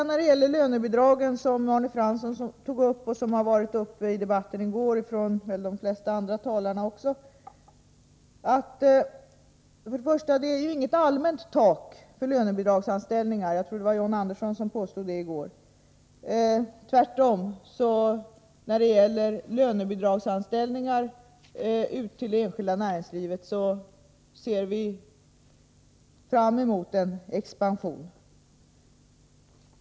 När det gäller lönebidrag, som Arne Fransson och de flesta andra talare i går också tog upp, vill jag för det första säga att det inte finns något allmänt tak för lönebidragsanställningar — jag tror John Andersson påstod motsatsen i går. När det gäller lönebidragsanställningar i det enskilda näringslivet ser vi tvärtom fram emot en expansion.